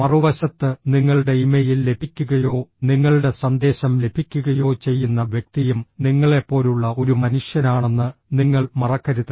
മറുവശത്ത് നിങ്ങളുടെ ഇമെയിൽ ലഭിക്കുകയോ നിങ്ങളുടെ സന്ദേശം ലഭിക്കുകയോ ചെയ്യുന്ന വ്യക്തിയും നിങ്ങളെപ്പോലുള്ള ഒരു മനുഷ്യനാണെന്ന് നിങ്ങൾ മറക്കരുത്